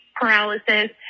paralysis